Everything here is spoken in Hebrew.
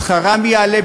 שכרם יעלה,